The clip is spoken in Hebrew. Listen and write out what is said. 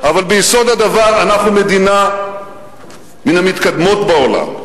אבל ביסוד הדבר אנחנו מדינה מן המתקדמות בעולם,